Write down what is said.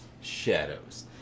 Shadows